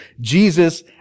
Jesus